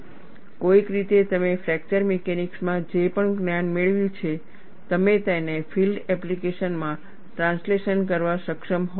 કોઈક રીતે તમે ફ્રેક્ચર મિકેનિક્સમાં જે પણ જ્ઞાન મેળવ્યું છે તમે તેને ફીલ્ડ એપ્લિકેશનમાં ટ્રાન્સલેશન કરવા સક્ષમ હોવા જોઈએ